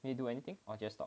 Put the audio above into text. you do anything or just stop